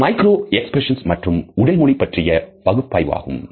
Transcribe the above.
இது micro expressions மற்றும் உடல் மொழி பற்றிய பகுப்பாய்வு ஆகும்